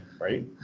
right